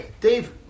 Dave